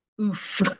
oof